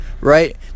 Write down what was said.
right